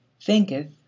thinketh